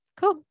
cool